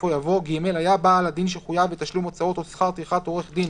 בסופו יבוא: "(ג)היה בעל הדין שחויב בתשלום הוצאות או שכר טרחת עורך דין